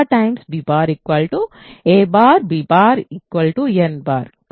b a b n